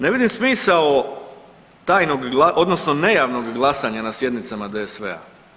Ne vidim smisao tajnog odnosno nejavnog glasanja na sjednicama DSV-a.